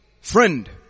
friend